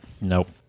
Nope